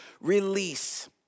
release